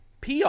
PR